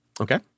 Okay